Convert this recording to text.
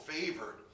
favored